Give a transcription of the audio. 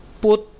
put